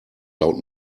laut